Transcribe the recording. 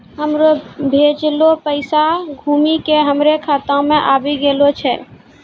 हमरो भेजलो पैसा घुमि के हमरे खाता मे आबि गेलो छै